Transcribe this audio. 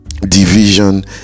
division